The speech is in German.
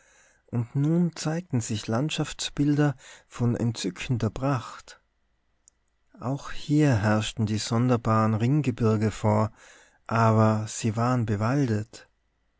und nun zeigten sich landschaftsbilder von entzückender pracht auch hier herrschten die sonderbaren ringgebirge vor aber sie waren bewaldet